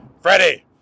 Freddie